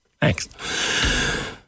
thanks